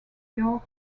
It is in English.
york